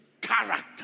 Character